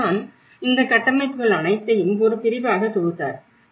அவர் தான் இந்த கட்டமைப்புகள் அனைத்தையும் ஒரு பிரிவாக தொகுத்தார்